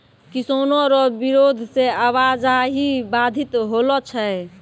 किसानो रो बिरोध से आवाजाही बाधित होलो छै